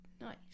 Nice